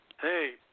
Hey